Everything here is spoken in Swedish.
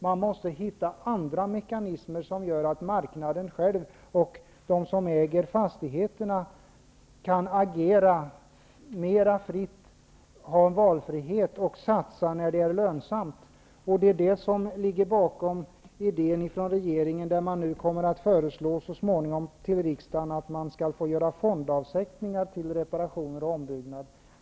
Man måste hitta andra mekanismer som gör att marknaden själv och de som äger fastigheterna kan agera mer fritt, ha valfrihet och satsa när det är lönsamt. Det är det som ligger bakom den idé regeringen så småningom kommer att föreslå riksdagen, nämligen att man skall få göra fondavsättningar till reparationer och ombyggnad.